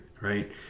right